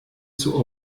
zur